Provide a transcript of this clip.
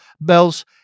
Bells